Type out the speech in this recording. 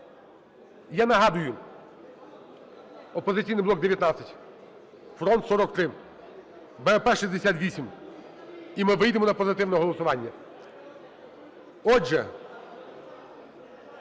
Я нагадую: "Опозиційний блок" – 19, "Фронт" – 43, БПП – 68 – і ми вийдемо на позитивне голосування.